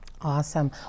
Awesome